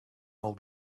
all